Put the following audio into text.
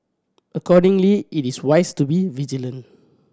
accordingly it is wise to be vigilant